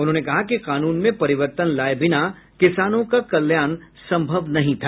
उन्होंने कहा कि कानून में परिवर्तन लाए बिना किसानों का कल्याण संभव नहीं था